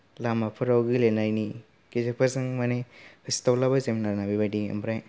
लामाफोराव गेलेनायनि गेलेबा जों माने होसोदावलायबायो जों माने बिबायदि ओमफ्राय